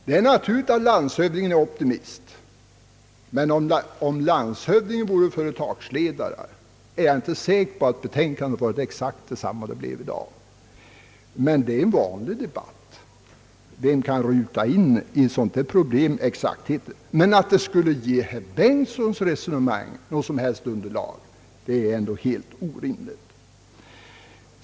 Det är naturligt att landshövdingen är optimist, men om han vore företagsledare är jag inte säker på att utredningens uttalande hade blivit exakt detsamma som i dag. Att det skulle ge herr Bengtsons resonemang något som helst underlag är ändå helt orimligt.